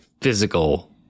physical